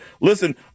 Listen